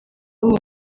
bamwe